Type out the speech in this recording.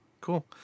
Cool